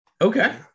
Okay